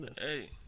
Hey